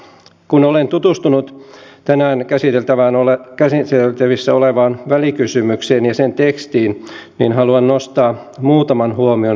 kun olen tutustunut tänään käsiteltävänä olevaan välikysymykseen ja sen tekstiin haluan nostaa muutaman huomion sieltä